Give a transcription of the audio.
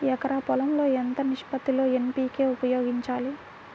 ఎకరం పొలం లో ఎంత నిష్పత్తి లో ఎన్.పీ.కే ఉపయోగించాలి?